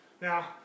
Now